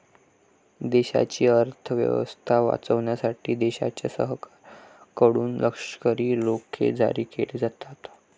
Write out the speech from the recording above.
देशाची अर्थ व्यवस्था वाचवण्यासाठी देशाच्या सरकारकडून लष्करी रोखे जारी केले जातात